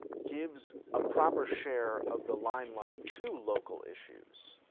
gives a proper share of the limelight to local issues?